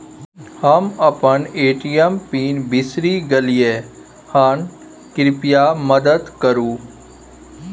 हम अपन ATM PIN बिसरि गलियै हन, कृपया मदद करु